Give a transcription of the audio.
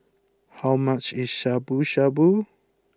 how much is Shabu Shabu